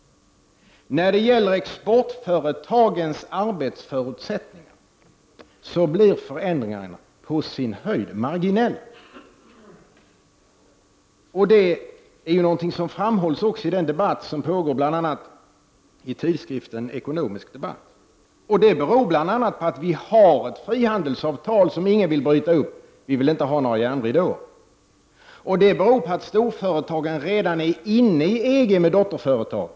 När det gäller exportföretagens arbetsförutsättningar blir förändringarna på sin höjd marginella. Det framhålles också i den debatt som pågår bl.a. i tidskriften Ekonomisk Debatt. Det beror bl.a. på att vi har ett frihandelsavtal som ingen vill bryta upp: vi vill inte ha någon järnridå. Detta beror på att storföretagen redan är inne i EG med sina dotterföretag.